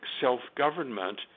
self-government